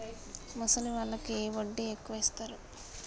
ముసలి వాళ్ళకు ఏ వడ్డీ ఎక్కువ ఇస్తారు?